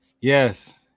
Yes